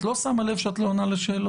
את לא שמה לב שאת לא עונה לשאלותיי?